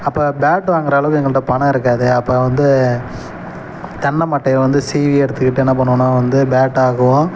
அப்போ பேட் வாங்கற அளவுக்கு எங்கள்கிட்ட பணம் இருக்காது அப்போ வந்து தென்னை மட்டையை வந்து சீவி எடுத்துக்கிட்டு என்ன பண்ணுவோன்னால் வந்து பேட்டாக்குவோம்